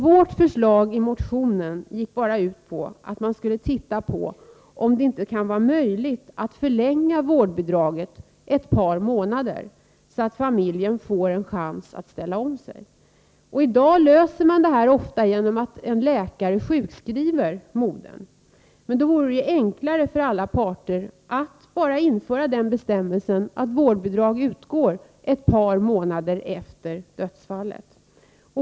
Vårt förslag i motionen gick bara ut på att man skulle se om det inte kunde vara möjligt att förlänga vårdbidraget ett par månader, så att familjen får en chans att ställa om sig. I dag löser man ofta det här problemet genom att en läkare sjukskriver modern. Men det vore ju enklare för alla parter att bara införa den bestämmelsen att vårdbidrag utgår ett par månader efter dödsfallet.